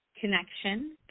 connection